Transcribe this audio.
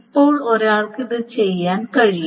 ഇപ്പോൾ ഒരാൾക്ക് ഇത് ചെയ്യാൻ കഴിയും